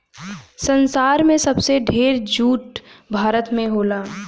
संसार में सबसे ढेर जूट भारत में होला